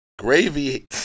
Gravy